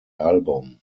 album